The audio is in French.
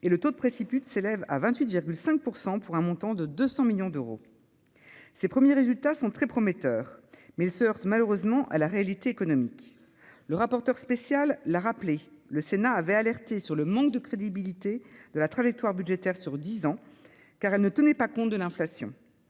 et le taux de préciput s'élève à 28,5 %, pour un montant de 200 millions d'euros. Ces premiers résultats sont très prometteurs, mais ils se heurtent malheureusement à la réalité économique. Le rapporteur spécial l'a rappelé, le Sénat avait alerté sur le manque de crédibilité de la trajectoire budgétaire sur dix ans, car elle ne tenait pas compte de l'inflation.